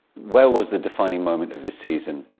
where was the defining moment of this season,